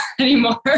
anymore